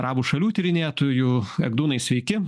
arabų šalių tyrinėtoju egdūnai sveiki